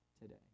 today